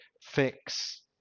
fix